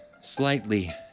Slightly